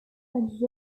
sentence